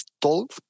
told